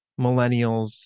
millennials